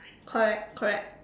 correct correct